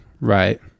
Right